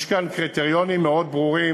יש כאן קריטריונים מאוד ברורים.